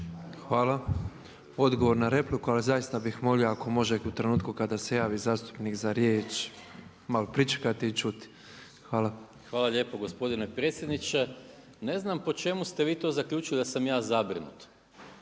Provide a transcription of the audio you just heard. Hvala. Odgovor na repliku ali zaista bih molio ako može u trenutku kada se javi zastupnik za riječ malo pričekati i čuti. Hvala. **Maras, Gordan (SDP)** Hvala lijepo gospodine predsjedniče. Ne znam po čemu ste vi to zaključili da sam ja zabrinut,